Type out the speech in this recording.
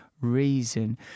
Reason